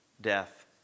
death